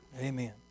Amen